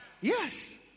Yes